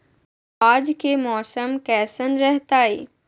आज के मौसम कैसन रहताई?